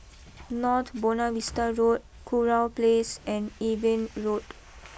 North Buona Vista Road Kurau place and Eben Road